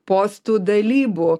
postų dalybų